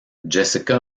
jessica